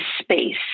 space